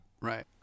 Right